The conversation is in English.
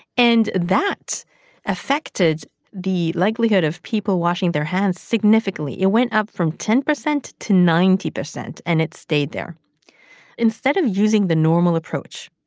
and that affected the likelihood of people washing their hands significantly. it went up from ten percent to ninety percent, and it stayed there instead of using the normal approach,